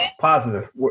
positive